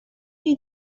chi